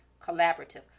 collaborative